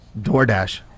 DoorDash